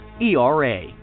ERA